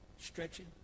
Stretching